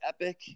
Epic